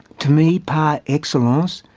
to me, par excellence,